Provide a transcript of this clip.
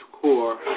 core